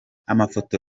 amafoto